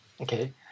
Okay